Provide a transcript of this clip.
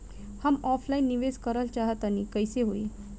हम ऑफलाइन निवेस करलऽ चाह तनि कइसे होई?